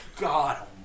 God